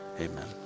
amen